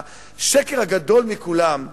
והשקר הגדול מכולם,